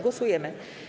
Głosujemy.